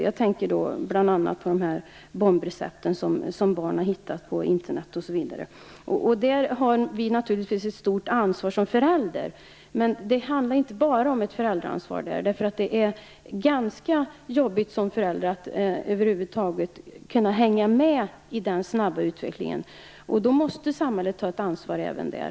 Jag tänker bl.a. på de bombrecept som barn har hittat på Internet. Här har vi naturligtvis ett stort ansvar som föräldrar, men det handlar inte bara om ett föräldraansvar. Det är ganska jobbigt som förälder att över huvud taget kunna hänga med i den snabba utvecklingen, och därför måste samhället ta ett ansvar även där.